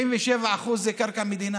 97% זה קרקע מדינה,